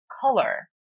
color